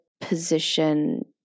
position